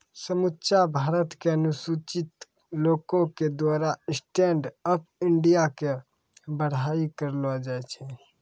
समुच्चा भारत के अनुसूचित लोको के द्वारा स्टैंड अप इंडिया के बड़ाई करलो जाय छै